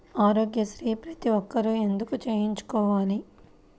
ఆరోగ్యశ్రీ ప్రతి ఒక్కరూ ఎందుకు చేయించుకోవాలి?